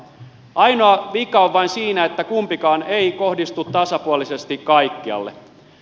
ainoa vika on vain siinä että kumpikaan ei kohdistu tasapuolisesti kaikkialle